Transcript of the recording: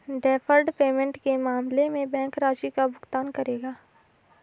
deferred payment के मामले में बैंक राशि का भुगतान करेगा